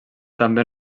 també